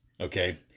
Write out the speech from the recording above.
okay